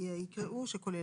יקראו "שכולל".